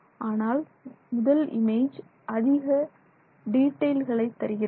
ஆனால் முதல் இமேஜ் அதிக டீட்டைல்களை தருகிறது